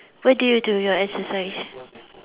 where do you do your exercise